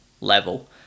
level